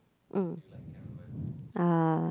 mm uh